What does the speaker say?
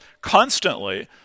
constantly